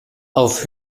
auf